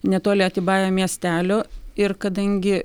netoli atibae miestelio ir kadangi